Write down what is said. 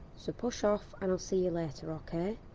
so push off, and i'll see you later, ok?